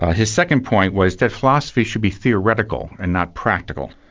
ah his second point was that philosophy should be theoretical and not practical.